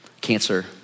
cancer